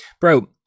Bro